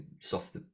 soft